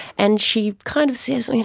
and she kind of says, you know,